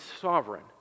sovereign